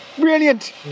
Brilliant